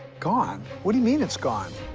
gone? what do you mean it's gone?